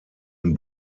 den